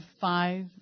five